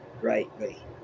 greatly